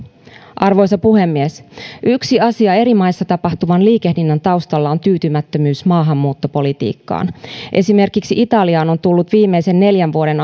arvoisa puhemies yksi asia eri maissa tapahtuvan liikehdinnän taustalla on tyytymättömyys maahanmuuttopolitiikkaan esimerkiksi italiaan on tullut viimeisen neljän vuoden